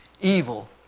Evil